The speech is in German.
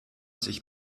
sich